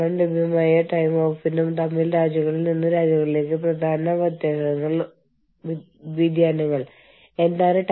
business close down എന്നതിനർത്ഥം നിങ്ങളുടെ business അവസാനിച്ചു എന്നാണ്